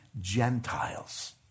Gentiles